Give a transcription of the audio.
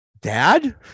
Dad